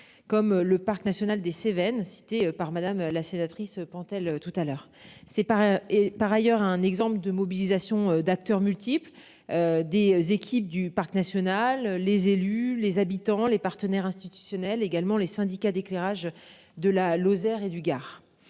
Comme le parc national des Cévennes, cité par madame la sénatrice Pentel tout à l'heure, c'est pas et, par ailleurs, un exemple de mobilisation d'acteurs multiples. Des équipes du parc national, les élus, les habitants les partenaires institutionnels, également les syndicats d'éclairage, de la Lozère et du Gard,